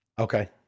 Okay